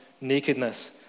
nakedness